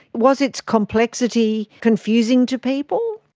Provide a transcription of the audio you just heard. was its complexity confusing to people?